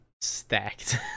stacked